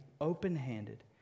open-handed